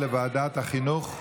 התשפ"ג 2022, לוועדת החינוך,